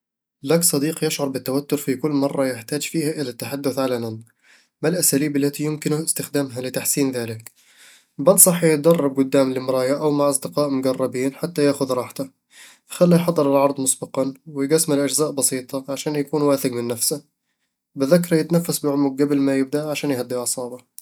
لك صديق يشعر بالتوتر في كل مرة يحتاج فيها إلى التحدث علنًا. ما الأساليب التي يمكنه استخدامها لتحسين ذلك؟ بنصحه يتدرب قدام المراية أو مع أصدقاء مقربين حتى ياخذ راحته خلّه يحضر العرض مسبقًا ويقسمه لأجزاء بسيطة عشان يكون واثق من نفسه بذكره يتنفس بعمق قبل ما يبدأ عشان يهدّي أعصابه